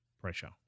pressure